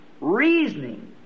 reasoning